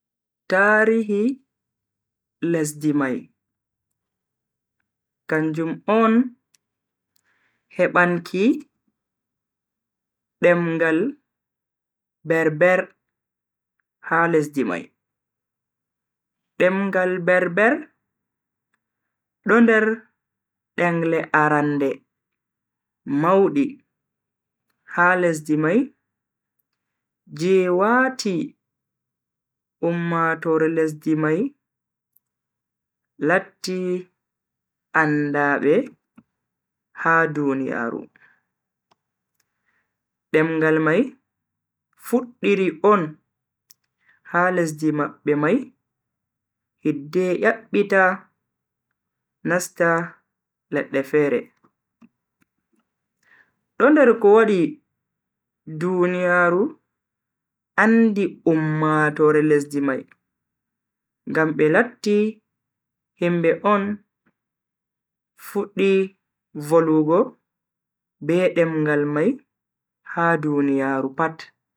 Tarihi lesdi mai kanjum on hebanki damngal berber ha lesdi mai. demngal Berber do nder dengle arande maudi ha lesdi mai je wati ummatoore lesdi mai latti andaabe ha duniyaaru. demngal mai fuddiri on ha lesdi mabbe mai hidde yabbita nasta ledde fere. do nder kowadi duniyaaru andi ummatoore lesdi mai ngam be latti hambe on fuddi volwugo be demngal mai ha duniyaaru pat.